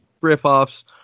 rip-offs